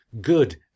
good